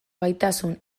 gaitasun